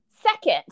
second